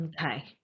okay